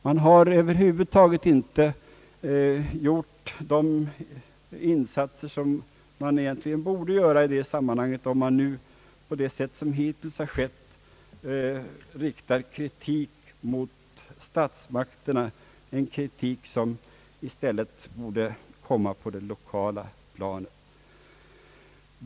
Man har inte gjort de insatser som man borde, när man på det sätt som hittills skett endast riktat kritik mot statsmakterna, en kritik som i stället borde framföras på det lokala planet.